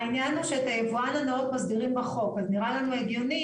העניין הוא שביבואן מסדירים בחוק אז נראה לנו הגיוני